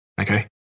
okay